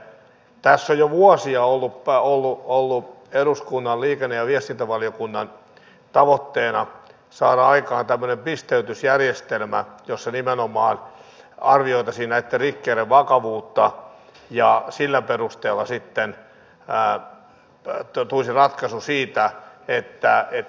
tässä on jo vuosia ollut eduskunnan liikenne ja viestintävaliokunnan tavoitteena saada aikaan tämmöinen pisteytysjärjestelmä jossa nimenomaan arvioitaisiin näitten rikkeiden vakavuutta ja sillä perusteella sitten tulisi ratkaisu siitä menettääkö korttinsa vai ei